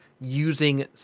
using